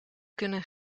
kunnen